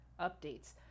updates